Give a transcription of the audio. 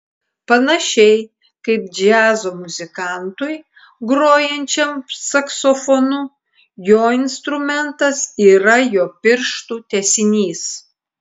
panašiai kaip džiazo muzikantui grojančiam saksofonu jo instrumentas yra jo pirštų tęsinys